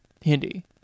Hindi